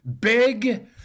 big